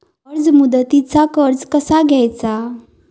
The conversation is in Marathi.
अल्प मुदतीचा कर्ज कसा घ्यायचा?